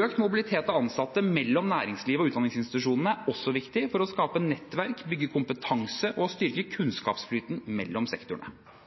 Økt mobilitet av ansatte mellom næringslivet og utdanningsinstitusjonene er også viktig for å skape nettverk, bygge kompetanse og styrke kunnskapsflyten mellom sektorene.